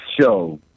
show